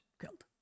killed